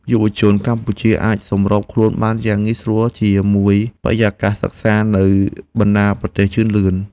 យុវជនកម្ពុជាអាចសម្របខ្លួនបានយ៉ាងងាយស្រួលជាមួយបរិយាកាសសិក្សានៅបណ្តាប្រទេសជឿនលឿន។